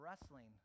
wrestling